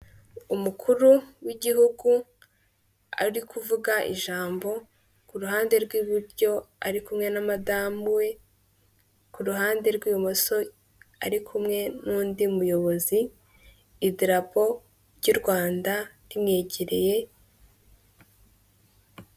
Umukuru w'igihugu ari kuvuga ijambo ku ruhande rw'iburyo ari kumwe na madamu we, ku ruhande rw'ibumoso ari kumwe n'undi muyobozi, idarapo ry'u Rwanda rimwegereye.